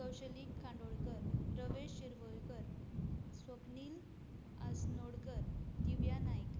Kaushali Kandolkar Ramesh Shirvaikar Swapnil Asnodkar Divya Naik